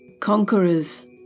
conquerors